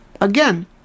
Again